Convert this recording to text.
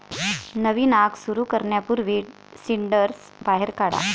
नवीन आग सुरू करण्यापूर्वी सिंडर्स बाहेर काढा